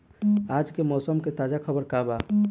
आज के मौसम के ताजा खबर का बा?